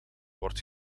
wordt